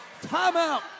Timeout